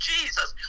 Jesus